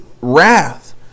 wrath